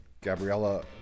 Gabriella